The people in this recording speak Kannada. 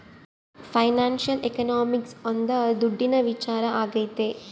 ಫೈನಾನ್ಶಿಯಲ್ ಎಕನಾಮಿಕ್ಸ್ ಒಂದ್ ದುಡ್ಡಿನ ವಿಚಾರ ಆಗೈತೆ